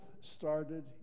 started